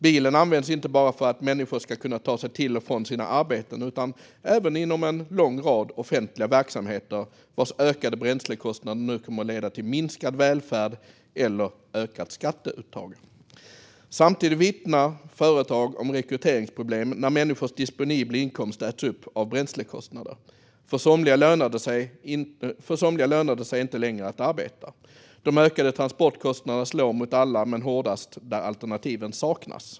Bilen används inte bara för att människor ska kunna ta sig till och från sina arbeten, utan även inom en lång rad offentliga verksamheter, vars ökade bränslekostnader nu kommer att leda till minskad välfärd eller ökat skatteuttag. Samtidigt vittnar företag om rekryteringsproblem när människors disponibla inkomst äts upp av bränslekostnader. För somliga lönar det sig inte längre att arbeta. De ökade transportkostnaderna slår mot alla, men hårdast där alternativen saknas.